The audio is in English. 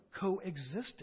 coexisting